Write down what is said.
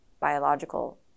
biological